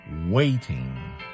Waiting